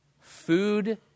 Food